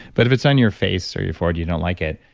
but if it's on your face or your forehead, you don't like it,